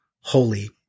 holy